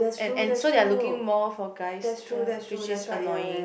and and so they are looking more for guys which is annoying